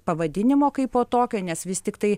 pavadinimo kaipo tokio nes vis tiktai